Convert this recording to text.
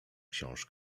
książ